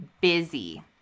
busy